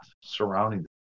surrounding